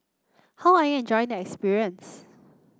how are you enjoy the experience